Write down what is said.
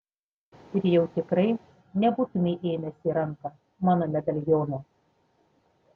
ir jau tikrai nebūtumei ėmęs į ranką mano medaliono